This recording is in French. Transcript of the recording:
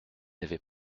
avait